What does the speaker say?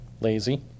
lazy